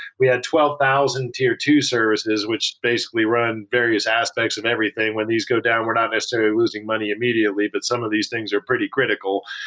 we had twelve thousand tier two services, which basically run various aspects of everything. when these go down, we're not necessarily losing money immediately, but some of these things are pretty critical.